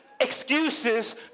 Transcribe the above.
excuses